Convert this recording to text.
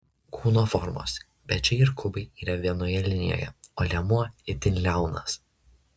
kūno formos pečiai ir klubai yra vienoje linijoje o liemuo itin liaunas